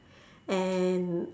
and